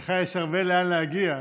ולך יש הרבה לאן להגיע.